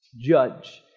judge